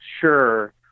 sure